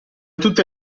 tutte